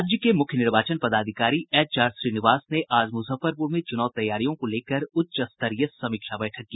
राज्य के मुख्य निर्वाचन पदाधिकारी एचआर श्रीनिवास ने आज मुजफ्फरपुर में चुनाव तैयारियों को लेकर उच्च स्तरीय समीक्षा बैठक की